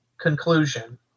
Conclusion